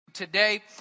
Today